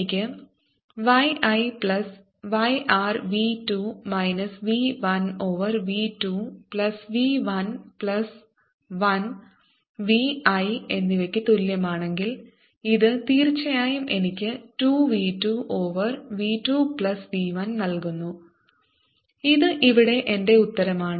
എനിക്ക് y I plus y r v 2 minus v 1 over v 2 plus v 1 plus 1 y I എന്നിവയ്ക്ക് തുല്യമാണെങ്കിൽ ഇത് തീർച്ചയായും എനിക്ക് 2 v 2 over v 2 plus v 1 നൽകുന്നു ഇത് ഇവിടെ എന്റെ ഉത്തരമാണ്